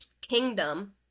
kingdom